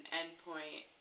endpoint